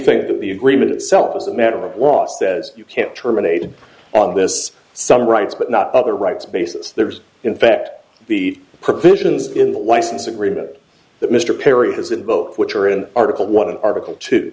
think that the agreement itself was a matter of law says you can't terminate this some rights but not other rights basis there's in fact the provisions in the license agreement that mr perry has in both which are in article one of article t